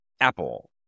Apple